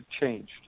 changed